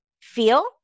feel